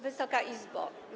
Wysoka Izbo!